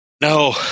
no